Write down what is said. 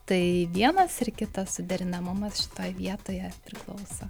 tai vienas ir kitas suderinamumas šitoj vietoje priklauso